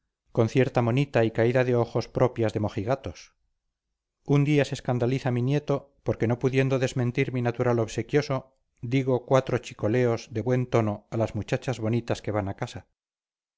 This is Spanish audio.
con cierta monita y caída de ojos propias de mojigatos un día se escandaliza mi nieto porque no pudiendo desmentir mi natural obsequioso digo cuatro chicoleos de buen tono a las muchachas bonitas que van a casa